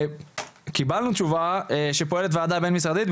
קיבלנו תשובה שפועלת ועדה בין משרדית,